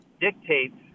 dictates